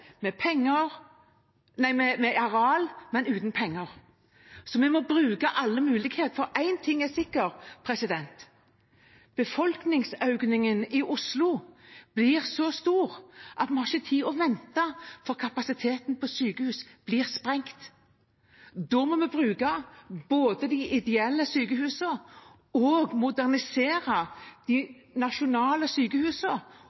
med areal, men uten penger. Vi må bruke alle muligheter, for én ting er sikkert: Befolkningsøkningen i Oslo blir så stor at vi ikke har tid til å vente, for kapasiteten til sykehusene blir sprengt. Da må vi både bruke de ideelle sykehusene, modernisere de nasjonale sykehusene og